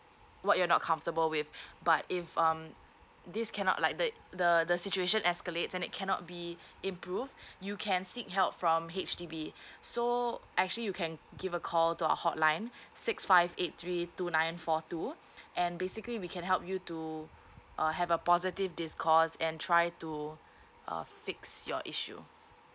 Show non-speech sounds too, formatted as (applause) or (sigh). what you're not comfortable with (breath) but if um this cannot like the the the situation escalates and it cannot be improved you can seek help from H_D_B so actually you can give a call to our hotline six five eight three two nine four two (breath) and basically we can help you to uh have a positive discourse and try to uh fix your issue